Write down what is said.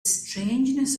strangeness